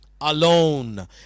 alone